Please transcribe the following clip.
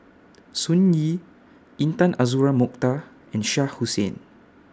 Sun Yee Intan Azura Mokhtar and Shah Hussain